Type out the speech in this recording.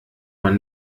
man